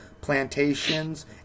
plantations